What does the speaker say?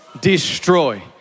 destroy